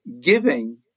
giving